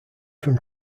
from